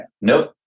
Nope